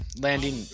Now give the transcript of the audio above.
landing